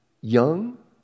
young